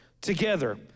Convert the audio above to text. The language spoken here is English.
together